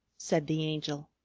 said the angel.